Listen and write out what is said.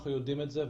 אנחנו יודעים את זה,